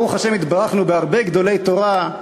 ברוך השם, התברכנו בהרבה גדולי תורה,